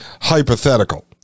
hypothetical